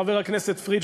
חבר הכנסת פריג',